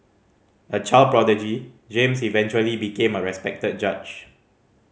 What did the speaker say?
a child prodigy James eventually became a respected judge